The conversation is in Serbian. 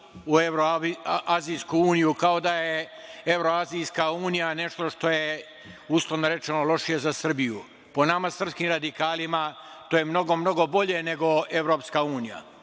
u Evroazijsku uniju, kao da je Evroazijska unija nešto što je, uslovno rečeno, lošije za Srbiju. Po nama srpskim radikalima to je mnogo, mnogo bolje nego EU.Evropska unija